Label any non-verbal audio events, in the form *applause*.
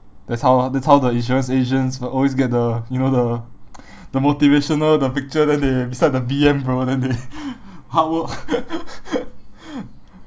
that's how that's how the insurance agents will always get the you know the the motivational the picture then they beside B_M bruh then they hardwork *laughs*